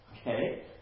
okay